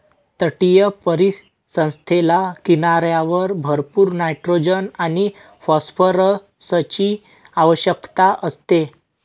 तटीय परिसंस्थेला किनाऱ्यावर भरपूर नायट्रोजन आणि फॉस्फरसची आवश्यकता असते